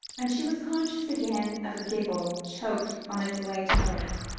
and she was conscious again of a giggle choked on its way to birth,